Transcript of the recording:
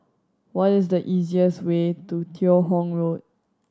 what is the easiest way to Teo Hong Road